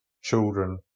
children